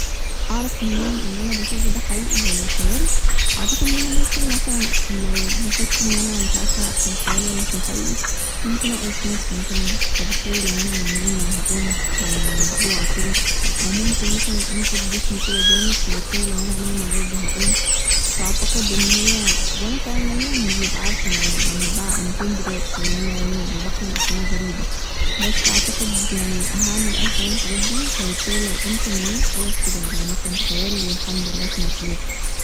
اعرف منين اللي أنا بشوفه ده حقيقي ولا خيال ، أعتقد ان انا ممكن مثلا لو بحس إن أنا مش عارفه ف الخيال ولا ف الحقيقي ممكن أقرص نفسي مثلا فبالتالي لو أنا نايمة هقوم مفزوعة كده ، أو ممكن مثلا أنفض جسمي كده جامد فبالتالي لو أنا نايمة برضه هقوم فأعتقد إن هي وانا فعلا نايمة ببقى مش عارفه أنا أنا بع- أنا فين دلوقتي ولا انا مين وبحلم أحلام غريبة بس أعتقد يعني هعمل اي حاجة م الحاجات دي فبالتالي لو قمت م النوم خلاص كده يبقى ده كان خيال والحمد لله احنا فالواقع